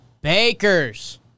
Bakers